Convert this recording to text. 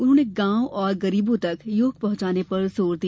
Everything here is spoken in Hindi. उन्होंने गॉव और गरीबों तक योग पहुँचाने पर जोर दिया